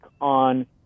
on